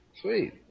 sweet